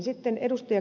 sitten ed